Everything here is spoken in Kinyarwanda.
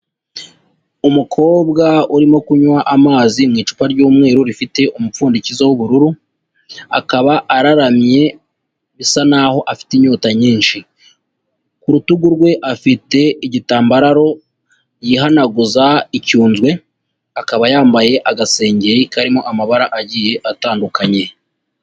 Umukobwa urimo kunywa amazi mu icupa ry'umweru rifite umupfundikizo w'ubururu, akaba araramye bisa naho afite inyota nyinshi. Ku rutugu rwe afite igitambaro yihanaguza icyunzwe, akaba yambaye agasengeri karimo amabara agiye atandukanye.